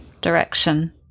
direction